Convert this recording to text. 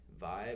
vibe